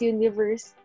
Universe